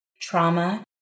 trauma